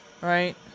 right